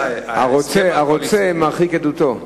הרוצה מרחיק עדותו,